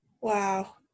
Wow